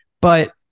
but-